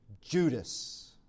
Judas